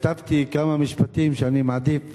כתבתי כמה משפטים שאני מעדיף